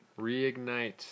Reignite